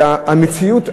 אלא המציאות,